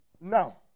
Now